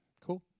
cool